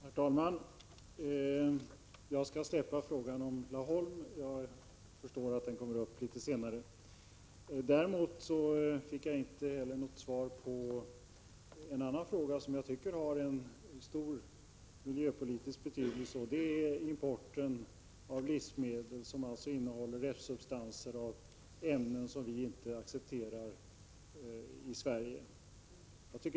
Herr talman! Jag skall släppa frågan om Laholm — jag förstår att den kommer upp senare. Jag fick däremot inte heller något svar på en annan fråga som har stor miljöpolitisk betydelse, och det är frågan om importen av livsmedel som innehåller restsubstanser av ämnen som vi inte accepterar i Sverige.